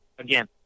Again